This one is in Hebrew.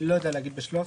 אני לא יודע להגיד בשלוף.